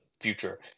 future